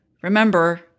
Remember